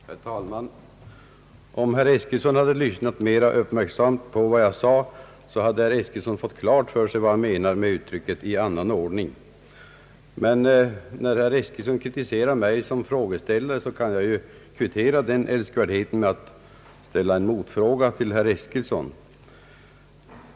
Herr talman! Om herr Eskilsson hade lyssnat mera uppmärksamt på vad jag sade hade han fått klart för sig vad jag menar med uttrycket »i annan ordning». Men när han kritiserar mig som frågeställare, kan jag kvittera den älskvärdheten med att ställa en motfråga till herr Eskilsson.